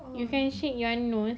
you can shape your nose